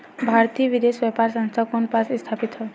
भारतीय विदेश व्यापार संस्था कोन पास स्थापित हवएं?